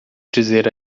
dizer